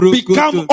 become